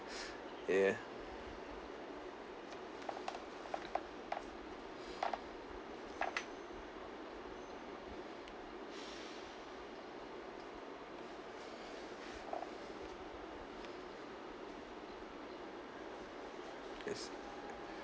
yeah yes